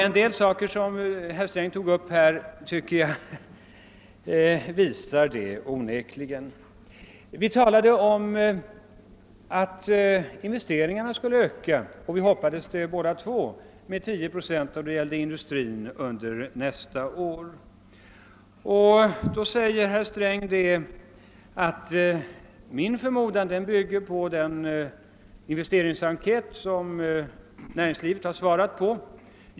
En del saker som herr Sträng tog upp här visar onekligen detta. Vi talade om att investeringarna skulle öka och vi hoppades båda att ökningen för industrin under nästa år skulle bli 10 procent. Då säger herr Sträng att hans förmodan bygger på den investeringsenkät som näringslivet svarat på.